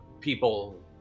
people